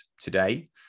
today